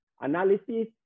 analysis